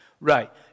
Right